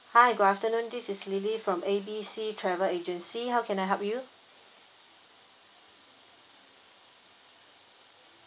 hi good afternoon this is lily from A B C travel agency how can I help you